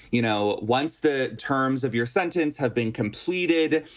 you know, once the terms of your sentence have been completed,